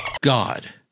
god